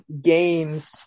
games